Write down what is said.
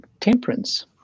temperance